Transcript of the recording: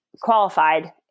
qualified